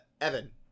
evan